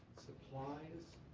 supplies,